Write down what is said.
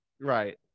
right